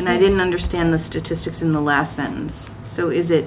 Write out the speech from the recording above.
and i didn't understand the statistics in the last sentence so is it